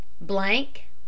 Blank